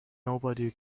nobody